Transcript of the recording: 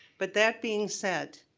but that being said,